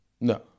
No